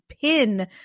pin